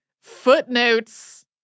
footnotes